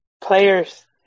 players